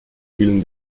fielen